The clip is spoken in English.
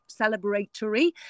celebratory